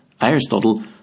Aristotle